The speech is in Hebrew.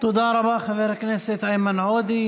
תודה רבה, חבר הכנסת איימן עודה.